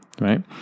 right